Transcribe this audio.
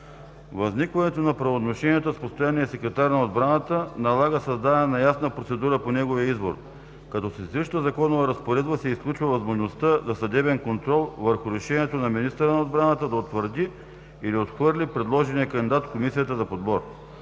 Възникването на правоотношенията с постоянният секретар на отбраната налага създаване на ясна процедура по неговия избор. Като сезираща законова разпоредба се изключва възможността за съдебен контрол върху решението на министъра на отбраната да утвърди или отхвърли предложения кандидат в Комисията за подбор.